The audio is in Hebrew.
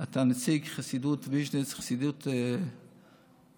אתה נציג חסידות ויז'ניץ, חסידות מעוטרת,